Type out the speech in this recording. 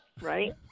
right